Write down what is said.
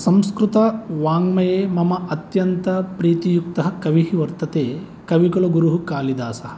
संस्कृतवाङ्ग्मये मम अत्यन्तप्रीतियुक्तः कविः वर्तते कविकुलगुरुः कालिदासः